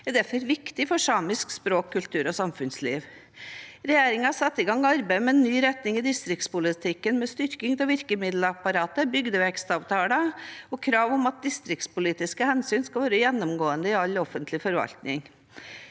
9. mar. – Samisk språk, kultur og samfunnsliv 2023 arbeid med en ny retning i distriktspolitikken, med styrking av virkemiddelapparatet, bygdevekstavtaler og krav om at distriktspolitiske hensyn skal være gjennomgående i all offentlig forvaltning.